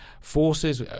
forces